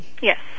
Yes